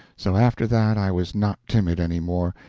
so after that i was not timid any more,